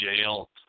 jail